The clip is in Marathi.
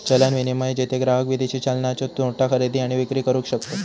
चलन विनिमय, जेथे ग्राहक विदेशी चलनाच्यो नोटा खरेदी आणि विक्री करू शकतत